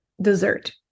dessert